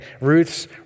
Ruth's